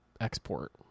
export